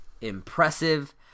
impressive